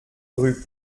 rue